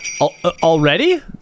Already